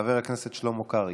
חבר הכנסת שלמה קרעי,